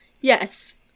yes